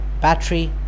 battery